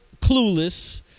clueless